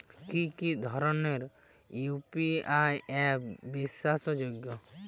কি কি ধরনের ইউ.পি.আই অ্যাপ বিশ্বাসযোগ্য?